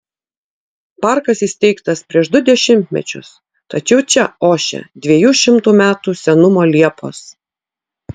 parkas įsteigtas prieš du dešimtmečius tačiau čia ošia dviejų šimtų metų senumo liepos